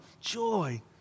joy